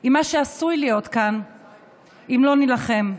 על מה שעשוי להיות כאן אם לא נילחם.